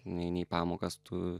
neini į pamokas tu